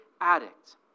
addict